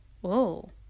Whoa